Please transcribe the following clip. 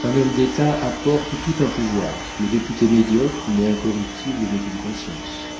un homme d'état apporte tout un pouvoir le député médiocre mais incorruptible n'est qu'une conscience